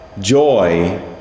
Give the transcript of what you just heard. joy